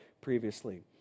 previously